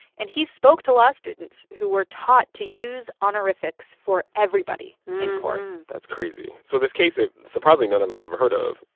and he spoke to law students who were taught to use honorifics for everybody in court that's crazy. so this case that surprisingly none of us ever heard of,